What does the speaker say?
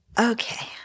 Okay